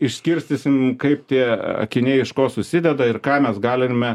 išsiskirstysim kaip tie akiniai iš ko susideda ir ką mes galime